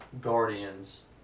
Guardians